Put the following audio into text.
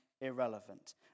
irrelevant